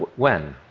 when?